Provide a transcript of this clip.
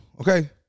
Okay